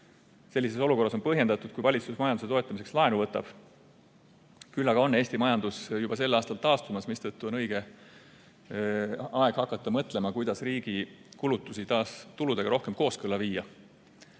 Sellises olukorras on põhjendatud, kui valitsus majanduse toetamiseks laenu võtab. Küll aga on Eesti majandus juba sel aastal taastumas, mistõttu on õige aeg hakata mõtlema, kuidas riigi kulutusi taas tuludega rohkem kooskõlla viia.